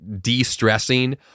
de-stressing